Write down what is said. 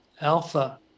alpha